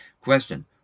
Question